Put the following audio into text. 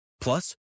Plus